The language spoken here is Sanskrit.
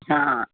हा